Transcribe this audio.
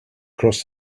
cross